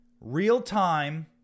real-time